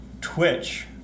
Twitch